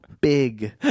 big